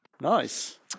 Nice